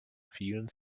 vielen